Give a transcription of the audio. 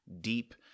deep—